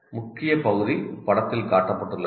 முக்கிய பகுதி படத்தில் காட்டப்பட்டுள்ளது